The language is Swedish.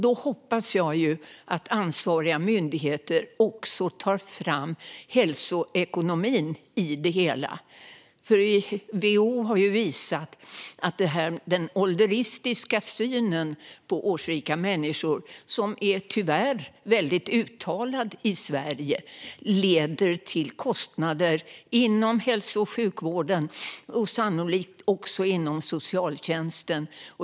Då hoppas jag att ansvariga myndigheter också tar fram hälsoekonomin i det hela. WHO har ju visat att den ålderistiska synen på årsrika människor, som tyvärr är väldigt uttalad i Sverige, leder till kostnader inom hälso och sjukvården och sannolikt också inom socialtjänsten.